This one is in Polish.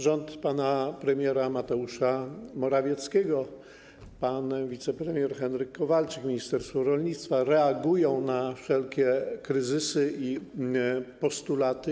Rząd pana premiera Mateusza Morawieckiego, pan wicepremier Henryk Kowalczyk, ministerstwo rolnictwa reagują na wszelkie kryzysy i postulaty.